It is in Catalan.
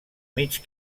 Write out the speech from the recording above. mig